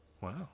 Wow